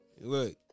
look